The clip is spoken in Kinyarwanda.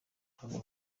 ntabwo